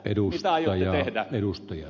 mitä aiotte tehdä